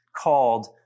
called